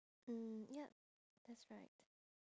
mm yup that's right